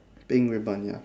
pink ribbon ya